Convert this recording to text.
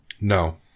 No